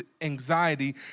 anxiety